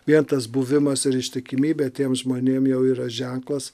vien tas buvimas ar ištikimybė tiem žmonėm jau yra ženklas